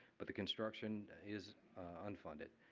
but the construction is unfunded.